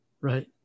right